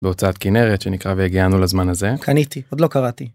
בהוצאת כנרת שנקרא והגיענו לזמן הזה. קניתי, עוד לא קראתי.